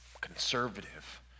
conservative